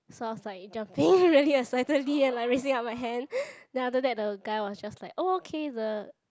so I was like jumping really excitedly and like raising up my hand then after that the guy was just like okay the